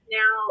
now